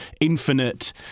infinite